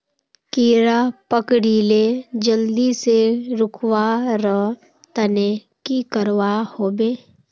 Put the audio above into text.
कीड़ा पकरिले जल्दी से रुकवा र तने की करवा होबे?